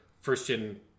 first-gen